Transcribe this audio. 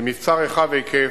במבצע רחב היקף,